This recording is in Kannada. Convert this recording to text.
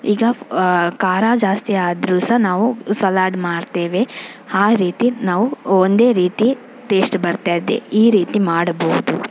ಈಗ ಖಾರ ಜಾಸ್ತಿ ಆದರೂ ಸಹ ನಾವು ಸಲಾಡ್ ಮಾಡ್ತೇವೆ ಆ ರೀತಿ ನಾವು ಒಂದೇ ರೀತಿ ಟೇಸ್ಟ್ ಬರ್ತದೆ ಈ ರೀತಿ ಮಾಡಬಹುದು